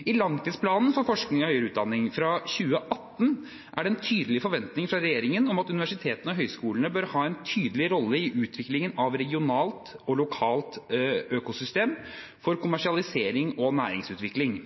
I langtidsplanen for forskning og høyere utdanning fra 2018 er det en tydelig forventning fra regjeringen om at universitetene og høyskolene bør ha en tydelig rolle i utviklingen av lokale og regionale økosystemer for kommersialisering og næringsutvikling.